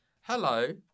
hello